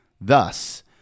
Thus